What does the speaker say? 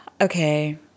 Okay